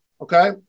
Okay